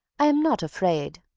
i am not afraid.